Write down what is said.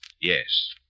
Yes